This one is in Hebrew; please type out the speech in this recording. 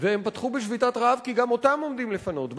והם פתחו בשביתת רעב כי גם אותם עומדים לפנות,